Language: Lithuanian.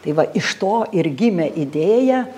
tai va iš to ir gimė idėja